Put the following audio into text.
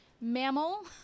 mammal